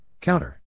Counter